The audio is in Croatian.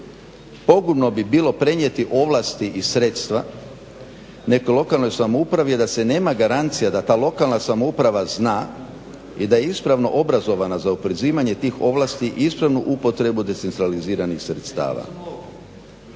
Pogubno bi bilo prenijeti ovlasti i sredstva nekoj lokalnoj samoupravi a da se nema garancija da ta lokalna samouprava zna i da je ispravno obrazovana za oporezivanje tih ovlasti ispravnu upotrebu decentraliziranih sredstava.